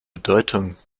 bedeutung